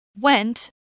went